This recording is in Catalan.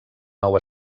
nou